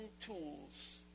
tools